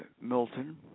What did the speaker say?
Milton